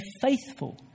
faithful